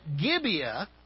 Gibeah